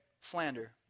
slander